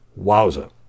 Wowza